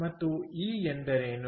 ಮತ್ತು ಇ ಎಂದರೇನು